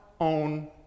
own